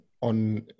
on